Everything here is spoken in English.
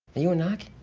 are you a knock